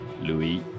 Louis